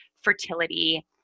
fertility